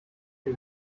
die